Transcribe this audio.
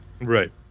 right